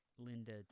Linda